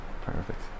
Perfect